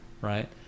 right